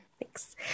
Thanks